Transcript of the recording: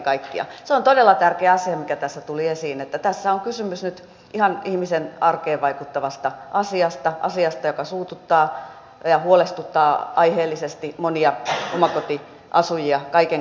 se on todella tärkeä asia mikä tässä tuli esiin että tässä on kysymys nyt ihan ihmisen arkeen vaikuttavasta asiasta asiasta joka suututtaa ja huolestuttaa aiheellisesti monia omakotiasujia kaiken kaikkiaan